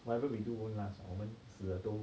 whatever we do want last ah 我们死了都